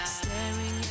staring